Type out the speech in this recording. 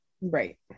right